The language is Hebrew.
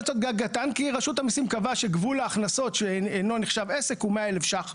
כי רשות המיסים קבעה שגבול ההכנסות שאינו נחשב עסק הוא 100,000 ש"ח.